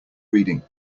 reading